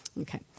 Okay